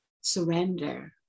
Surrender